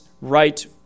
right